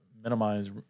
minimize